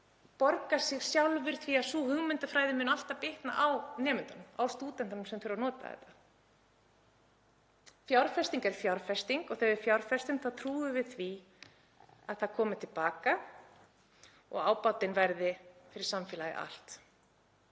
borga sig sjálfur því að sú hugmyndafræði mun alltaf bitna á nemendunum, á stúdentunum sem þurfa að nota þetta. Fjárfesting er fjárfesting og þegar við fjárfestum þá trúum við því að það komi til baka og ábatinn verði fyrir samfélagið allt.